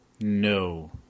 No